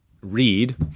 read